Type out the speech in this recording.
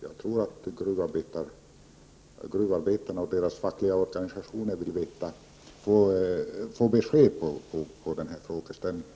Jag tror att gruvarbetarna och deras fackliga organisationer vill få besked på den här punkten.